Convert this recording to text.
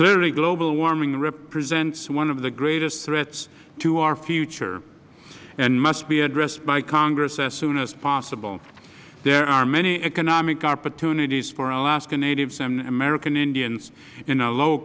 clearly global warming represents one of the greatest threats to our future and must be addressed by congress as soon as possible there are many economic opportunities for alaska natives and american indians